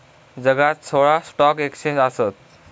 जगात सोळा stock exchange आसत